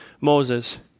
Moses